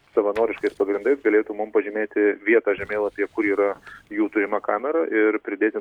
savanoriškais pagrindais galėtų mum pažymėti vietą žemėlapyje kur yra jų turima kamera ir pridėti